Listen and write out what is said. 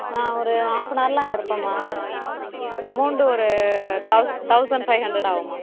ஆ ஒரு ஹால்ஃப்னவரில் அங்கே இருப்பன்மா அமௌன்டு ஒரு தவுசண்ட் ஃபைவ் ஹண்ட்ரட் ஆகும்மா